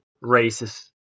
races